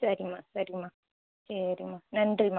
சரிமா சரிமா சரிமா நன்றிமா